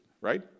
right